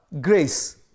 Grace